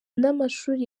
n’amashuri